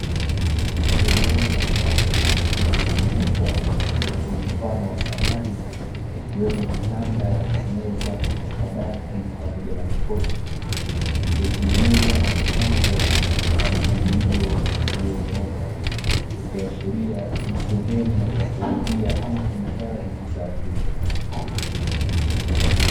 Eneo la ndani lililozungukwa na vitu mfano wa samani, ikiwemo; vitanda, meza, makabati pamoja na makochi, iliyotengenezwa na kupangwa katika mpangilio ulionyooka, ukiashiria ni sehemu ya kuuzia ama kuhifadhi bidhaa hizo.